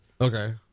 Okay